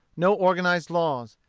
no organized laws.